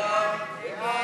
בקריאה